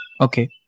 Okay